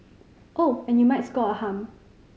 oh and you might score a hum